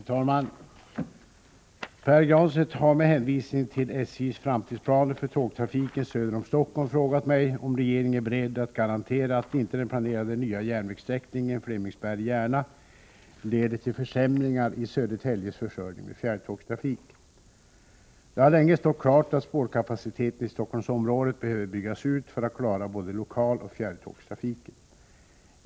Herr talman! Pär Granstedt har med hänvisning till SJ:s framtidsplaner för tågtrafiken söder om Stockholm frågat mig om regeringen är beredd att garantera att inte den planerade nya järnvägssträckningen Flemingsberg Järna leder till försämringar i Södertäljes försörjning med fjärrtågstrafik. Det har länge stått klart att spårkapaciteten i Stockholmsområdet behöver byggas ut för att klara både lokaloch fjärrtågstrafiken.